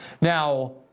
Now